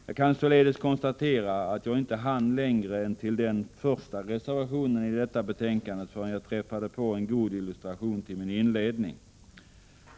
Jag kan således konstatera att jag inte hann längre än till den första reservationen i detta betänkande förrän jag träffade på en god illustration till min inledning.